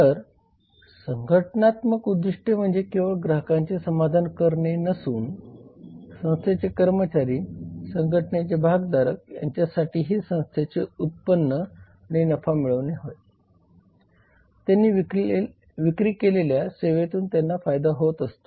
तर संघटनात्मक उद्दीष्टे म्हणजे केवळ ग्राहकांचे समाधान करणे नसून संस्थेचे कर्मचारी आणि संघटनेचे भागधारक यांच्यासाठीही संस्थेने उत्पन्न किंवा नफा मिळवणे आहे त्यांनी विक्री केलेल्या सेवेतून त्यांना फायदा होत असतो